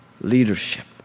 leadership